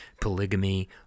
polygamy